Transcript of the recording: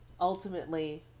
ultimately